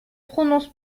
prononce